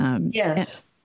yes